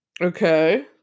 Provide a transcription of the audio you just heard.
Okay